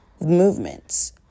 movements